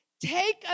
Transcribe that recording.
Take